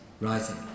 rising